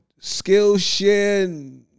Skillshare